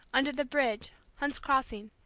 under the bridge, hunt's crossing,